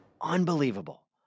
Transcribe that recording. Unbelievable